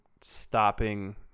stopping